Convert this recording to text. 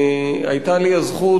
היתה לי הזכות,